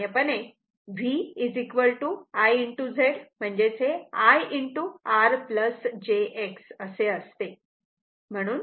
सामान्यपणे V I Z I R jX असे असते